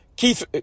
Keith